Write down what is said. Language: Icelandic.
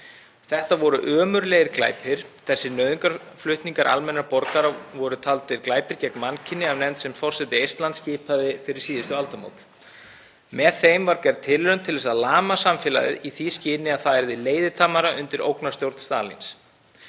Þetta voru ömurlegir glæpir. Þessir nauðungarflutningar almennra borgara voru taldir glæpir gegn mannkyni af nefnd sem forseti Eistlands skipaði fyrir síðustu aldamót. Með þeim var gerð tilraun til þess að lama samfélagið í því skyni að það yrði leiðitamara undir ógnarstjórn Stalíns.